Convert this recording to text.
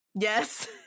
Yes